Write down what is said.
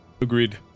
Agreed